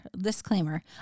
Disclaimer